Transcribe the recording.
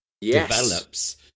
develops